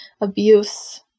abuse